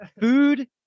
food